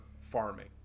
farming